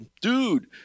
dude